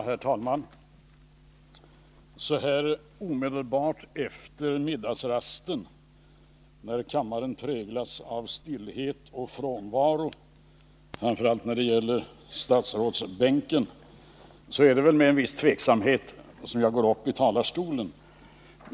Herr talman! Så här omedelbart efter middagsrasten, när kammaren präglas av stillhet och frånvaro, framför allt när det gäller statsrådsbänken, är det väl med en viss tveksamhet som jag går uppi talarstolen.